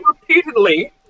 repeatedly